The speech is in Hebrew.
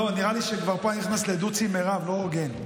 לא, נראה לי שפה אני נכנס לדו"צ עם מירב, לא הוגן.